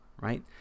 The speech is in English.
right